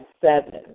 seven